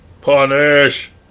Punish